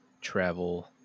travel